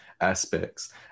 aspects